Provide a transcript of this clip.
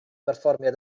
berfformiad